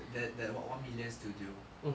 that that what one million studio